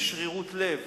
בשרירות לב